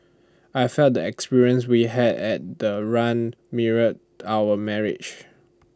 I felt the experience we had at the run mirrored our marriage